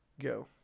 Go